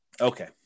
Okay